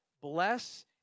bless